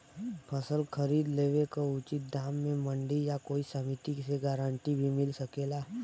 फसल खरीद लेवे क उचित दाम में मंडी या कोई समिति से गारंटी भी मिल सकेला?